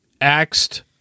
axed